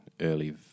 early